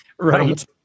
Right